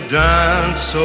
dance